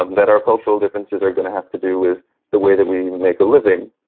um that our cultural differences are going to have to do with the way that we make a living.